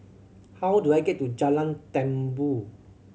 how do I get to Jalan Tambur